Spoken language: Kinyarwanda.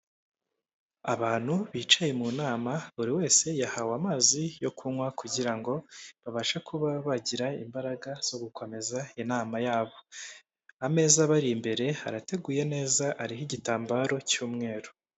Abantu bicaye mu nama, buri wese yahawe amazi yo kunywa kugira ngo babashe kuba bagira imbaraga zo gukomeza inama yabo, ameza aba imbere arateguye neza ariho igitambaro cy'umweru.